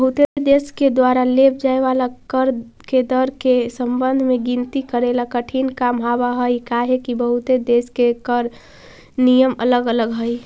बहुते देश के द्वारा लेव जाए वाला कर के दर के संबंध में गिनती करेला कठिन काम हावहई काहेकि बहुते देश के कर नियम अलग अलग हई